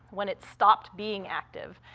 when it stopped being active,